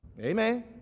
Amen